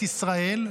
את ישראל,